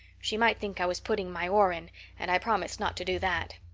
she might think i was putting my oar in and i promised not to do that.